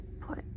put